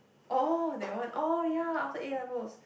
oh that one oh ya after A-levels